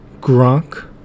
Gronk